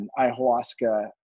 ayahuasca